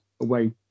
away